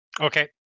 Okay